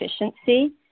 efficiency